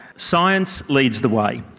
science leads the way.